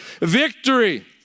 victory